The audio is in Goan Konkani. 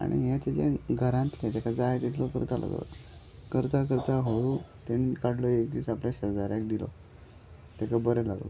आनी हें तेजें घरांतलें तेका जाय तितलो करतालो तो करतां करतां हळू तेणीं काडलो एक दीस आपल्या शेजाऱ्याक दिलो तेका बरें लागलो